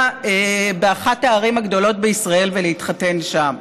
באחת הערים הגדולות בישראל ולהתחתן שם?